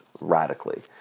radically